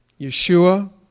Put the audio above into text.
Yeshua